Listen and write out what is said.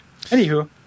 Anywho